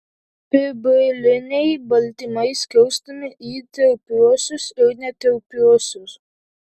fibriliniai baltymai skirstomi į tirpiuosius ir netirpiuosius